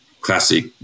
classic